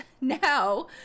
now